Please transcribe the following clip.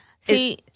See